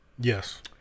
Yes